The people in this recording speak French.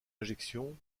injection